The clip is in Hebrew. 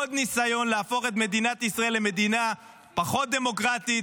עוד ניסיון להפוך את מדינת ישראל למדינה פחות דמוקרטית.